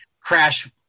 crash